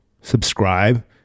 subscribe